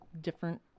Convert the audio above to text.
different